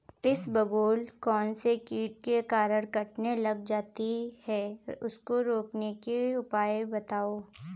इसबगोल कौनसे कीट के कारण कटने लग जाती है उसको रोकने के उपाय बताओ?